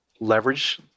leverage